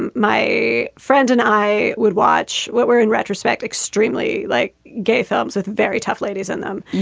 and my friend and i would watch what we're in retrospect, extremely like gay films with very tough ladies in them.